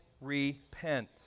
repent